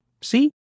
See